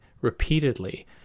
repeatedly